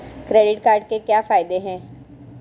Credit card के क्या फायदे हैं?